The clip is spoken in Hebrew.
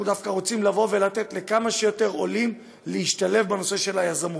אנחנו דווקא רוצים לבוא ולתת לכמה שיותר עולים להשתלב ביזמות.